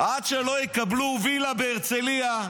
עד שלא יקבלו וילה בהרצליה,